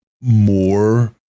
more